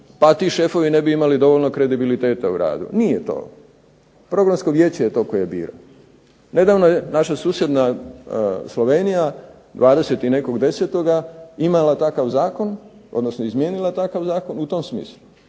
pa ti šefovi ne bi imali dovoljno kredibiliteta u radu. Nije to. Programsko vijeće je to koje bira. Nedavno je naša susjedna Slovenija dvadeset i nekog 10. imala takav zakon, odnosno izmijenila takav zakon u tom smislu,